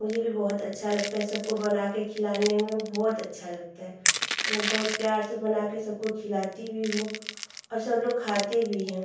मुझे भी बहुत अच्छा लगता है सबको बनाकर खिलाने में बहुत अच्छा लगता है और मैं बहुत प्यार से बनाकर सबको खिलाती भी हूँ और सबलोग खाते भी हैं